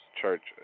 church